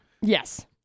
Yes